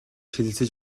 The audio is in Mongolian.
хэлэлцэж